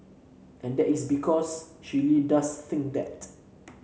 and that is because she really does think that